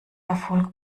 erfolg